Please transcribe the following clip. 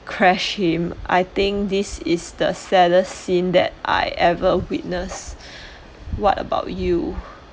crashed him I think this is the saddest scene that I ever witness what about you